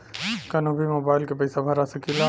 कन्हू भी मोबाइल के पैसा भरा सकीला?